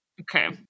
okay